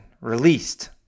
released